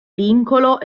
vincolo